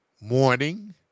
morning